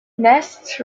nests